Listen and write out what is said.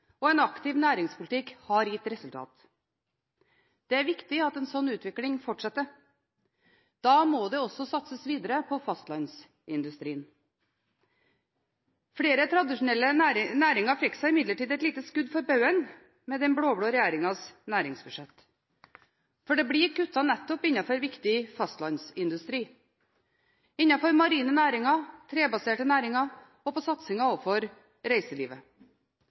og en aktiv næringspolitikk har gitt resultater. Det er viktig at en slik utvikling fortsetter. Da må det også satses videre på fastlandsindustrien. Flere tradisjonelle næringer fikk seg imidlertid et lite skudd for baugen med den blå-blå regjeringens næringsbudsjett. Det blir kuttet nettopp innenfor viktig fastlandsindustri, innenfor marine næringer, trebaserte næringer og på satsinga overfor reiselivet.